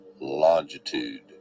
Longitude